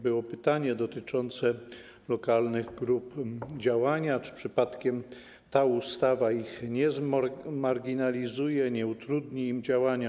Było pytanie dotyczące lokalnych grup działania, czy przypadkiem ta ustawa ich nie zmarginalizuje, nie utrudni im działania.